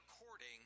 according